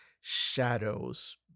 shadows